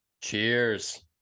Cheers